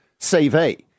CV